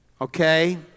okay